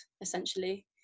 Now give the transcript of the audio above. essentially